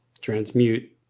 transmute